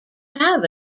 have